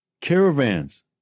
Caravans